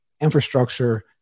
infrastructure